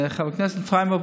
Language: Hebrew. חבר הכנסת איפראימוב,